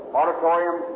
auditorium